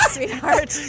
Sweetheart